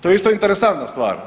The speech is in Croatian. To je isto interesantna stvar.